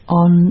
on